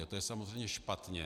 To je samozřejmě špatně.